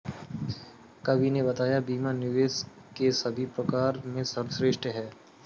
कवि ने बताया बीमा निवेश के सभी प्रकार में सर्वश्रेष्ठ है